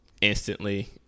instantly